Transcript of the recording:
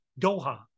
Doha